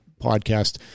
podcast